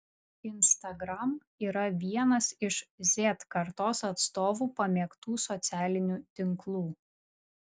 instagram yra ir vienas iš z kartos atstovų pamėgtų socialinių tinklų